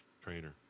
trainer